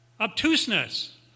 Obtuseness